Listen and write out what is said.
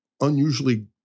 unusually